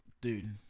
Dude